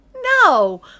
no